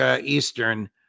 Eastern